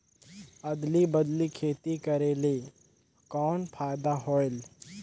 अदली बदली खेती करेले कौन फायदा होयल?